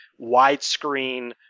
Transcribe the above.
widescreen